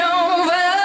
over